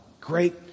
great